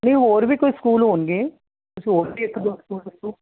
ਨਹੀਂ ਹੋਰ ਵੀ ਕੋਈ ਸਕੂਲ ਹੋਣਗੇ ਤੁਸੀਂ ਹੋਰ ਵੀ ਇੱਕ ਦੋ ਸਕੂਲ ਦੱਸੋ